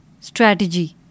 strategy